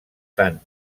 tant